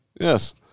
yes